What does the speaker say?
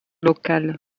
locale